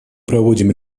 проводим